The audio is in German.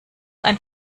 ein